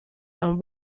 and